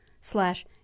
slash